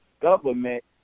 government